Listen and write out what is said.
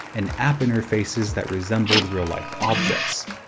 and app interfaces that resembled real-life objects.